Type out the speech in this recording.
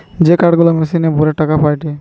এ card গুলা মেশিনে ভরে টাকা পায়টে